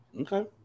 okay